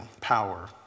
power